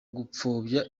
gupfobya